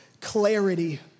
clarity